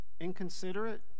inconsiderate